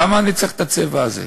למה אני צריך את הצבע הזה?